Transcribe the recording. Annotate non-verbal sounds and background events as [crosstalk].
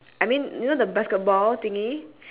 then after that the [noise]